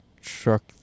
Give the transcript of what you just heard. truck